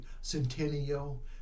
centennial